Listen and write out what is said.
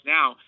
now